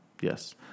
Yes